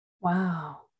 Wow